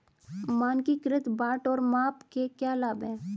मानकीकृत बाट और माप के क्या लाभ हैं?